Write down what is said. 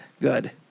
Good